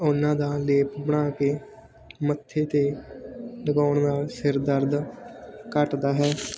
ਉਹਨਾਂ ਦਾ ਲੇਪ ਬਣਾ ਕੇ ਮੱਥੇ 'ਤੇ ਲਗਾਉਣ ਨਾਲ ਸਿਰ ਦਰਦ ਘੱਟਦਾ ਹੈ